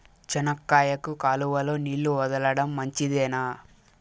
చెనక్కాయకు కాలువలో నీళ్లు వదలడం మంచిదేనా?